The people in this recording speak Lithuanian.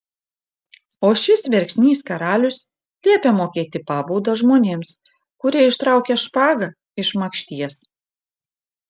o šis verksnys karalius liepia mokėti pabaudą žmonėms kurie ištraukia špagą iš makšties